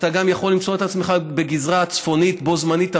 אתה גם יכול למצוא את עצמך בגזרה הצפונית בו-זמנית,